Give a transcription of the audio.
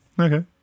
Okay